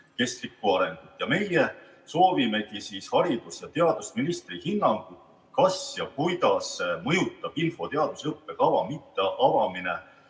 Meie soovimegi haridus‑ ja teadusministri hinnangut, kas ja kuidas mõjutab infoteaduse õppekava mitteavamine